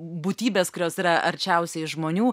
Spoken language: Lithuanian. būtybes kurios yra arčiausiai žmonių